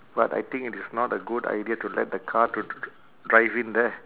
but I think it is not a good idea to let the car to dri~ dri~ drive in there